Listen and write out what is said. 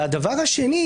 שנית,